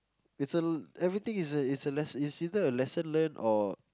it's a everything is a is a less~ is either a lesson learnt or